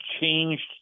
changed